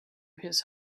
his